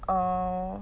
err